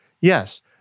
Yes